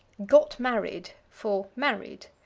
got married for married.